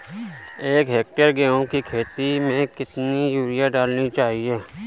एक हेक्टेयर गेहूँ की खेत में कितनी यूरिया डालनी चाहिए?